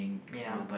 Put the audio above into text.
ya